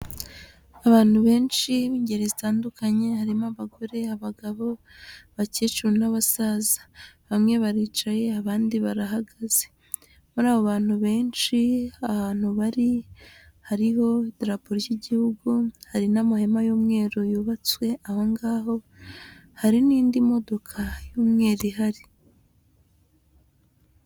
Abantu benshi b'ingeri zitandukanye harimo abagore, abagabo, abakecuru n'abasaza, bamwe baricaye abandi barahagaze, muri abantu benshi ahantu bari hariho idarapo ry'igihugu, hari n'amahema y'umweru yubatswe aho ngaho, hari n'indi modoka y'umweru ihari.